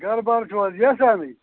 گَرٕبار چھُو حظ ایٚحسانٕے